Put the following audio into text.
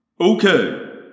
Okay